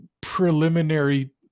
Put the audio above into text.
preliminary